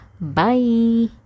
Bye